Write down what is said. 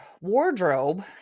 wardrobe